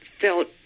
felt